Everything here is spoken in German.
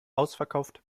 ausverkauft